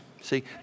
See